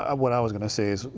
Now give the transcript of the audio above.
ah what i was going to say,